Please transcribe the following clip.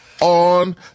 on